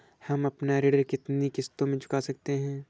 हम अपना ऋण कितनी किश्तों में चुका सकते हैं?